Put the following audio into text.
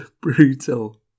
brutal